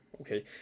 okay